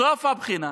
בסוף הבחינה,